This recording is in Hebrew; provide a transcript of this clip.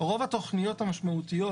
רוב התכניות המשמעותיות